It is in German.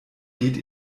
geht